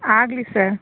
ಆಗಲಿ ಸರ್